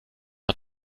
hat